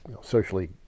socially